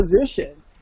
position